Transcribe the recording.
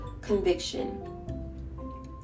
conviction